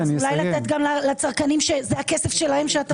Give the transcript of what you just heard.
אולי לתת גם לצרכנים שזה הכסף שלהם.